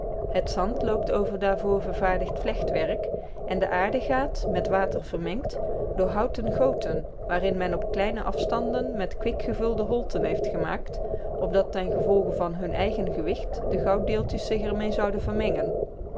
het zand loopt over daarvoor vervaardigd vlechtwerk en de aarde gaat met water vermengd door houten goten waarin men op kleine afstanden met kwik gevulde holten heeft gemaakt opdat ten gevolge van hun eigen gewicht de gouddeeltjes zich er mee zouden vermengen